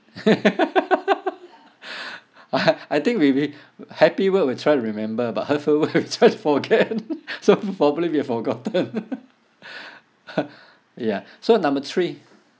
I think we we happy word we try to remember but hurtful word we try to forget so probably we've forgotten ya so number three